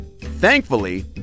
Thankfully